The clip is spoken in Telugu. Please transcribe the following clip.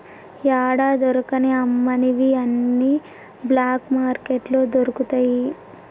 యాడా దొరకని అమ్మనివి అన్ని బ్లాక్ మార్కెట్లో దొరుకుతయి